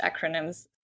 acronyms